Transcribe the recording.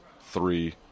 three